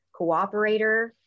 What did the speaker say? cooperator